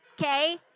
Okay